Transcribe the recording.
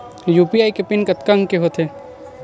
UPI के PIN कतका अंक के होथे?